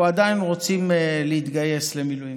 אנחנו עדיין רוצים להתגייס למילואים.